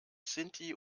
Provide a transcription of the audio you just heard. sinti